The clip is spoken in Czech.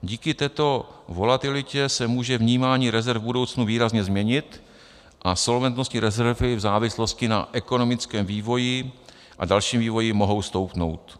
Díky této volatilitě se může vnímání rezerv v budoucnu výrazně změnit a solventnostní rezervy v závislosti na ekonomickém vývoji a dalším vývoji mohou stoupnout.